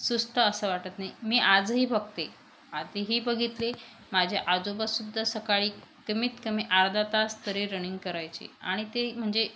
सुस्त असं वाटत नाही मी आजही बघते आधीही बघितले माझे आजोबासुद्धा सकाळी कमीत कमी अर्धा तास तरी रनिंग करायचे आणि ते म्हणजे